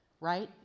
right